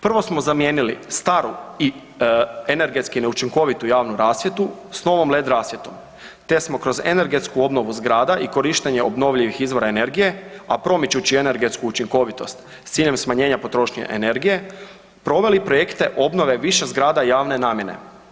Prvo smo zamijenili staru i energetski neučinkovitu javnu rasvjetu s novom led rasvjetom, te smo kroz energetsku obnovu zgrada i korištenje obnovljivih izvora energije, a promičući energetsku učinkovitost s ciljem smanjenja potrošnje energije, proveli projekte obnove više zgrada javne namjene.